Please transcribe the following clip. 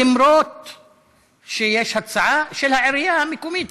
אף שיש הצעה של העירייה המקומית,